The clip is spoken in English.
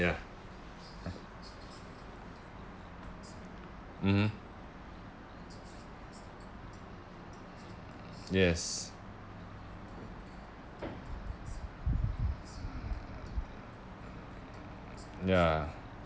ya mmhmm yes ya